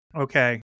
okay